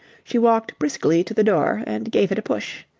she walked briskly to the door and gave it a push.